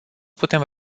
putem